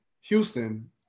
Houston